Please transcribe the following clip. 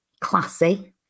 classy